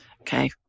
Okay